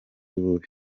bube